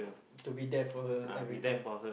to be there for her everytime